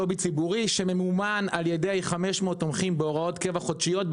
לובי ציבורי שממומן על ידי 500 תומכים בהוראות קבע חודשיות,